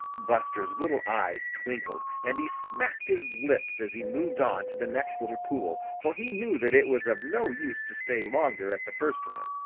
buster's little eyes twinkled, and he smacked his lips as he moved on to the next little pool, for he knew that it was of no use to stay longer at the first one.